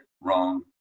Wrong